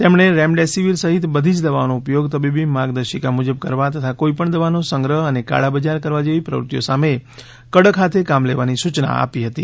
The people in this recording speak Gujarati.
તેમણે રેમડેસિવીર સહિત બધી જ દવાઓનો ઉપયોગ તબીબી માર્ગદર્શિકા મુજબ કરવા તથા કોઈપણ દવાનો સંગ્રહ અને કાળાબજાર કરવા જેવી પ્રવૃત્તિઓ સામે કડક હાથે કામ લેવાની સૂયના આપી હતી